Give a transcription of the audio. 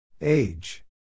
Age